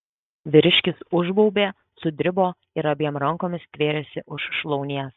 vyriškis užbaubė sudribo ir abiem rankomis stvėrėsi už šlaunies